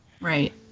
right